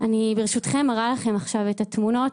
אני ברשותכם מראה לכם עכשיו את התמונות.